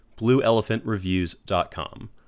BlueElephantReviews.com